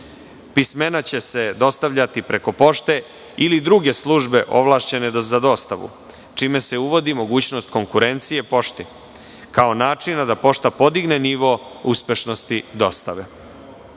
Pismena će se dostavljati preko pošte ili druge službe ovlašćene za dostavu, čime se uvodi mogućnost konkurencije pošti, kao načina da pošta podigne nivo uspešnosti dostave.